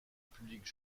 public